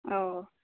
औ